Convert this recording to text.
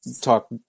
talk